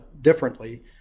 differently